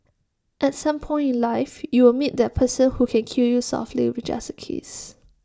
at some point in life you will meet that person who can kill you softly with just A kiss